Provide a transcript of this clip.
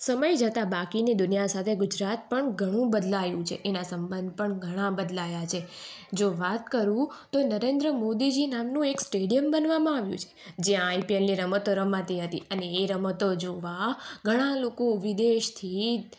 સમય જતાં બાકીની દુનિયા સાથે ગુજરાત પણ ઘણું બદલાયું છે એના સંબંધ પણ ઘણા બદલાયા છે જો વાત કરું તો નરેન્દ્ર મોદીજી નામનું એક સ્ટેડિયમ બનવામાં આવ્યું છે જ્યાં આઈપીએલની રમતો રમાતી હતી અને એ રમતો જોવા ઘણા લોકો વિદેશથી